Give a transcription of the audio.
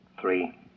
Three